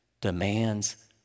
demands